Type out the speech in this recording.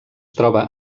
troba